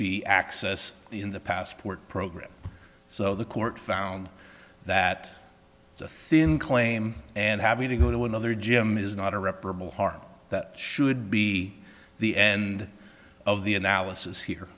be access in the passport program so the court found that thin claim and having to go to another gym is not irreparable harm that should be the end of the analysis